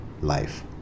life